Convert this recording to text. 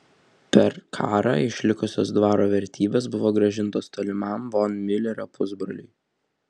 per karą išlikusios dvaro vertybės buvo grąžintos tolimam von miulerio pusbroliui